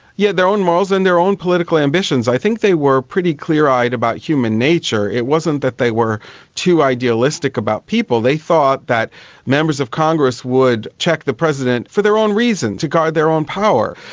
yeah their own morals and their own political ambitions. i think they were pretty clear-eyed about human nature. it wasn't that they were too idealistic about people, they thought that members of congress would check the president for their own reason, to guard their own power.